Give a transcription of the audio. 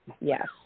Yes